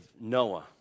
Noah